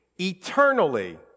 eternally